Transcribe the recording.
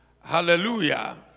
Hallelujah